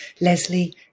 Leslie